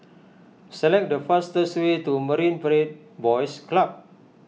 select the fastest way to Marine Parade Boys Club